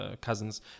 cousins